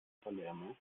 palermo